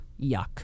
Yuck